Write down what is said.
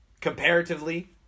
comparatively